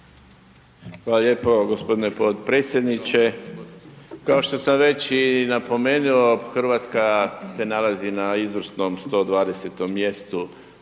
Hvala lijepo g. potpredsjedniče. Kao što sam već i napomenuo, RH se nalazi na izvrsnom 120-tom mjestu